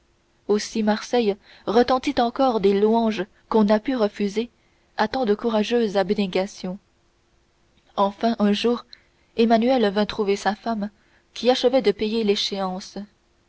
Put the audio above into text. aussi marseille retentit encore des louanges qu'on n'a pu refuser à tant de courageuse abnégation enfin un jour emmanuel vint trouver sa femme qui achevait de payer l'échéance